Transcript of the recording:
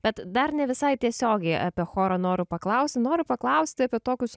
bet dar ne visai tiesiogiai apie chorą noriu paklausti noriu paklausti apie tokius